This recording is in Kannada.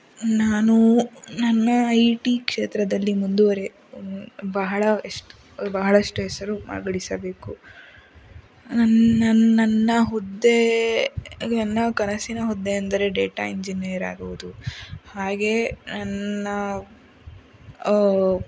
ನಾನು ನನ್ನ ಐ ಟಿ ಕ್ಷೇತ್ರದಲ್ಲಿ ಮುಂದುವರೆ ಬಹಳ ಅಷ್ಟು ಬಹಳಷ್ಟು ಹೆಸರು ಮಾಡಿಸಬೇಕು ನನ್ನ ನನ್ನ ನನ್ನ ಹುದ್ದೆ ನನ್ನ ಕನಸಿನ ಹುದ್ದೆ ಎಂದರೆ ಡೇಟಾ ಎಂಜಿನಿಯರ್ ಆಗುವುದು ಹಾಗೆ ನನ್ನ